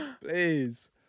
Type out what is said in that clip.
Please